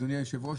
אדוני היושב-ראש,